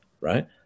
right